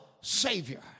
Savior